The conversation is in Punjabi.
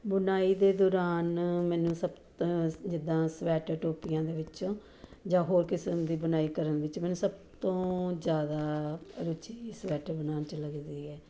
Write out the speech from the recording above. ਬੁਣਾਈ ਦੇ ਦੌਰਾਨ ਮੈਨੂੰ ਸਭ ਤੋਂ ਜਿੱਦਾਂ ਸਵੈਟਰ ਟੋਪੀਆਂ ਦੇ ਵਿੱਚੋਂ ਜਾਂ ਹੋਰ ਕਿਸਮ ਦੀ ਬੁਣਾਈ ਕਰਨ ਵਿੱਚ ਮੈਨੂੰ ਸਭ ਤੋਂ ਜ਼ਿਆਦਾ ਰੁਚੀ ਸਵੈਟਰ ਬਣਾਉਣ 'ਚ ਲੱਗਦੀ ਹੈ